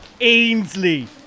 Ainsley